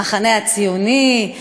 המחנה הציוני,